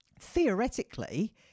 Theoretically